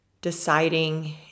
deciding